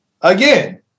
Again